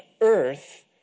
earth